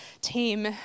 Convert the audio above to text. team